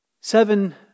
seven